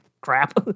crap